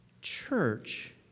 church